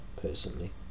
personally